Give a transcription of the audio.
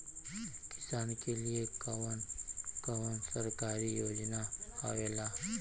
किसान के लिए कवन कवन सरकारी योजना आवेला?